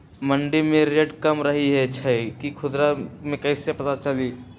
मंडी मे रेट कम रही छई कि खुदरा मे कैसे पता चली?